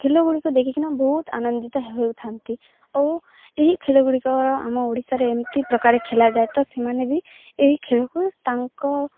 ଖେଲଗୁଡ଼ିକ ଦେଖିକିନା ବହୁତ ଆନନ୍ଦିତ ହେଉଥାନ୍ତି ଓ ଏହି ଖେଳଗୁଡ଼ିକର ଆମ ଓଡ଼ିଶାରେ ଏମିତି ପ୍ରକାର ଖେଲାାଯାଏ ତ ସେମାନେ ବି ଏହି ଖେଳକୁ ତାଙ୍କ